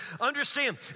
understand